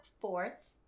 fourth